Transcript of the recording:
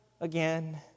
again